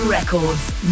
Records